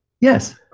Yes